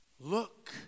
Look